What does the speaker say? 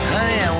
Honey